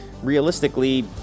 realistically